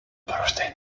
birthday